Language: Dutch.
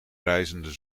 rijzende